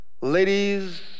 Ladies